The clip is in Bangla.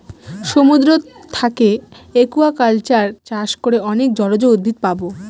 সমুদ্র থাকে একুয়াকালচার চাষ করে অনেক জলজ উদ্ভিদ পাবো